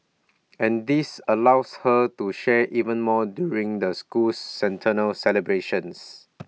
and this allows her to share even more during the school's centennial celebrations